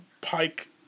Pike